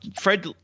Fred